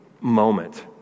moment